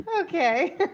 Okay